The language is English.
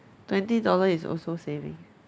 twenty dollar is also saving